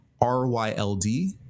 RYLD